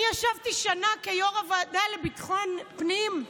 אני ישבתי שנה כיו"ר הוועדה לביטחון פנים,